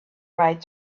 right